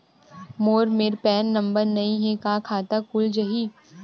मोर मेर PAN number नई हे का खाता खुल जाही?